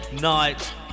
Night